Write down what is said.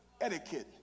Etiquette